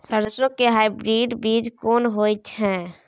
सरसो के हाइब्रिड बीज कोन होय है?